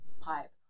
pipe